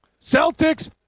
Celtics